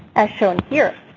as shown here,